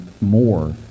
more